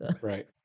Right